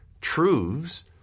truths